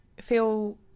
feel